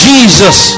Jesus